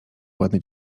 ładne